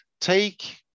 Take